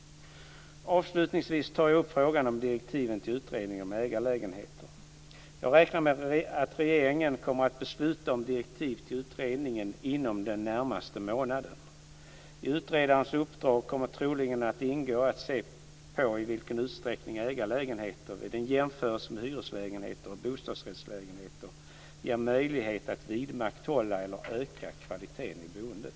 Avslutningsvis tar jag upp frågan om direktiven till utredningen om ägarlägenheter. Jag räknar med att regeringen kommer att besluta om direktiv till utredningen inom den närmaste månaden. I utredarens uppdrag kommer troligen att ingå att se på i vilken utsträckning ägarlägenheter - vid en jämförelse med hyreslägenheter och bostadsrättslägenheter - ger möjlighet att vidmakthålla eller öka kvaliteten i boendet.